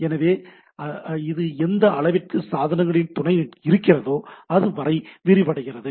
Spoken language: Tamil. எனவே இது எந்த அளவிற்கு சாதனங்களின் துணை இருக்கிறதோ அது வரை விரிவடைகிறது